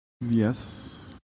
Yes